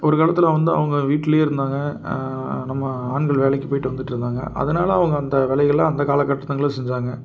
ஒரு காலத்தில் வந்து அவங்க வீட்டுலையே இருந்தாங்க நம்ம ஆண்கள் வேலைக்கு போயிவிட்டு வந்துட்டு இருந்தாங்க அதனால அவங்க அந்த வேலைகளை அந்த காலக்கட்டத்துகளை செஞ்சாங்க